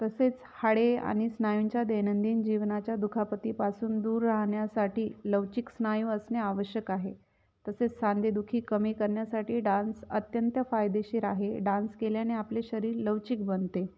तसेच हाडे आणि स्नायूंच्या दैनंदिन जीवनाच्या दुखापतीपासून दूर राहण्यासाठी लवचिक स्नायू असणे आवश्यक आहे तसेच सांधेदुखी कमी करण्यासाठी डान्स अत्यंत फायदेशीर आहे डान्स केल्याने आपले शरीर लवचिक बनते